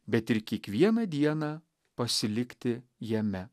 bet ir kiekvieną dieną pasilikti jame